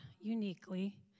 uniquely